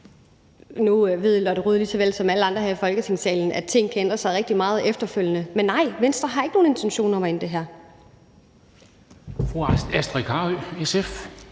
Nu ved Lotte Rod lige så vel som alle andre her i Folketingssalen, at ting kan ændre sig rigtig meget efterfølgende. Men nej, Venstre har ikke nogen intentioner om at ændre det her.